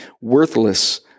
worthless